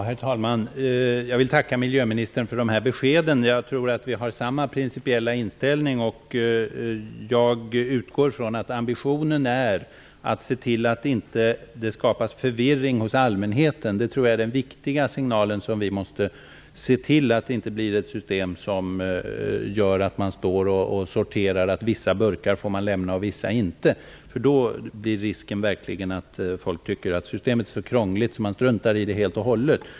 Herr talman! Jag tackar miljöministern för de här beskeden. Jag tror att vi har samma principiella inställning, och jag utgår från att ambitionen är att se till att det inte skapas förvirring hos allmänheten. Det tror jag är en viktig signal när det gäller att se till att det inte blir ett system som gör att man måste sortera - dvs. att vissa burkar får lämnas, medan andra inte får lämnas. Då finns verkligen risken att människor tycker att systemet är så krångligt att de struntar i det helt och hållet.